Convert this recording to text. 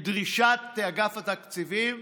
את דרישת אגף התקציבים,